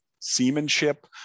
seamanship